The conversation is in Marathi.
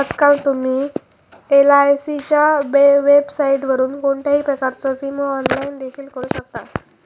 आजकाल तुम्ही एलआयसीच्या वेबसाइटवरून कोणत्याही प्रकारचो विमो ऑनलाइन देखील करू शकतास